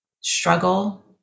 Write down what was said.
struggle